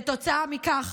כתוצאה מכך,